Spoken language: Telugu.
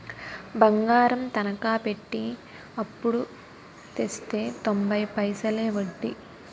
బంగారం తనకా పెట్టి అప్పుడు తెస్తే తొంబై పైసలే ఒడ్డీ